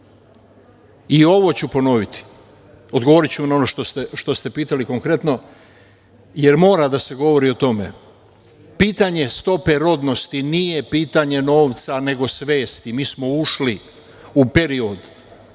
ovo ću ponoviti, odgovoriću na ono što ste pitali konkretno, jer mora da se govori o tome. Pitanje stope rodnosti nije pitanje novca, nego svesti. Mi smo ušli u period